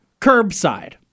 Curbside